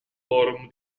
forum